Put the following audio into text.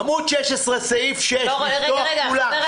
עמ' 16 סעיף 6 לפתוח כולם.